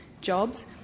jobs